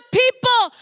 people